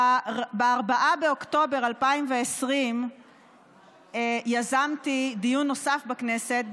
ב-4 באוקטובר 2020 יזמתי דיון נוסף בכנסת,